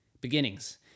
beginnings